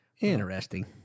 Interesting